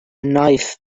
knife